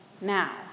now